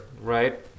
right